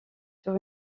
sur